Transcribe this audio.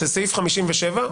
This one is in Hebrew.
סעיף 57,